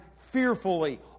fearfully